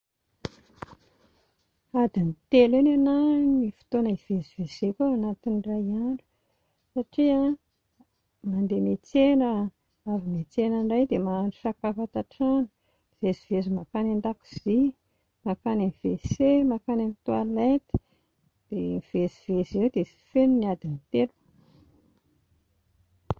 Adiny telo ny anà no fotoana hivezivezeko ao anatin'ny iray andro satria mandeha miantsena, avy miantsena indray dia mahandro sakafo ato an-trano, mivezivezy mankany an-dakozia, manakany amin'ny wc, mankany amin'ny toilette, dia mivezivezy eo dia feno ny adiny telo